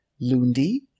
Lundi